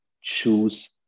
choose